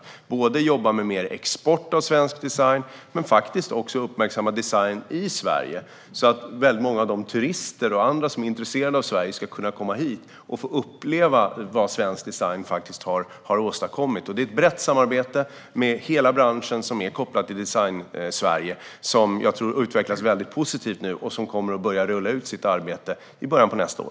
Vi ska jobba med mer export av svensk design men faktiskt också uppmärksamma design i Sverige så att många av de turister och andra som är intresserade av Sverige får komma hit och uppleva vad svensk design har åstadkommit. Det är ett brett samarbete med hela den bransch som är kopplad till design-Sverige. Jag tror att det utvecklas väldigt positivt och kommer att börja rullas ut i början av nästa år.